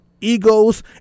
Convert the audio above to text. egos